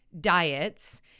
diets